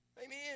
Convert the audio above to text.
Amen